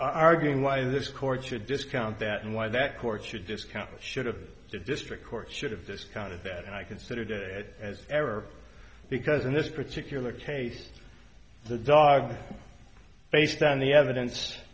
arguing why this court should discount that and why that court should discount it should have the district court should have discounted that and i considered it as error because in this particular case the dog based on the evidence